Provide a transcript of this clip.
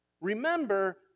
remember